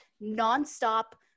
non-stop